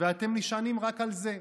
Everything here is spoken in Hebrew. ואתם נשענים רק על זה.